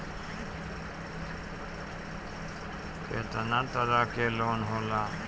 केतना तरह के लोन होला?